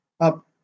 up